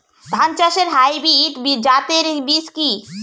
ধান চাষের হাইব্রিড জাতের বীজ কি?